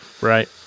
right